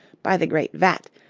by the great vat,